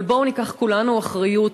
אבל בואו ניקח כולנו אחריות,